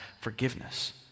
forgiveness